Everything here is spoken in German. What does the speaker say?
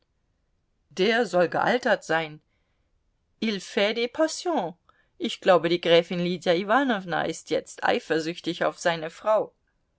der soll gealtert sein il fait des passions ich glaube die gräfin lydia iwanowna ist jetzt eifersüchtig auf seine frau